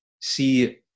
see